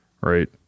Right